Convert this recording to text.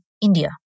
India